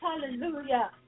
hallelujah